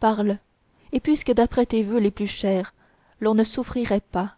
parle et puisque d'après tes voeux les plus chers l'on ne souffrirait pas